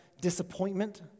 disappointment